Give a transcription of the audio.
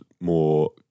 more